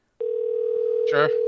Sure